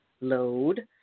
load